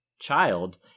child